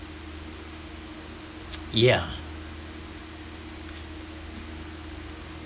yeah